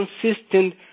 consistent